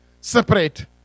separate